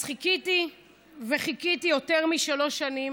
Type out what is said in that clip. אז חיכיתי וחיכיתי יותר משלוש שנים.